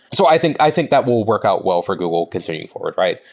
so i think i think that will work out well for google continuing forward, right?